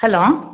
hello